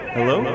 Hello